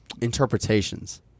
interpretations